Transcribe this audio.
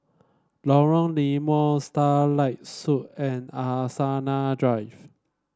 Lorong Limau Starlight Suite and Angsana Drive